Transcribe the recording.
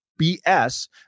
BS